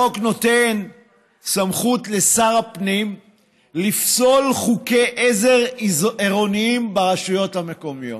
החוק נותן סמכות לשר הפנים לפסול חוקי עזר עירוניים ברשויות המקומיות.